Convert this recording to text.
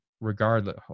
regardless